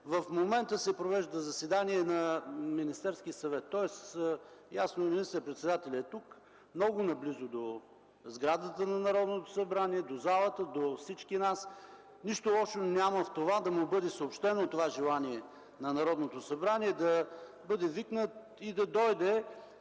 В момента се провежда заседание на Министерския съвет. Ясно – министър-председателят е тук, много наблизо до сградата на Народното събрание, до залата, до всички нас. Нищо лошо няма в това да му бъде съобщено желанието на Народното събрание – да бъде викнат и да дойде